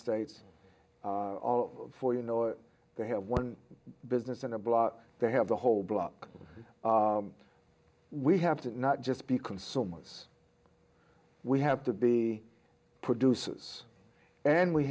states for you know they have one business in a block they have the whole block we have to not just be consumers we have to be produces and we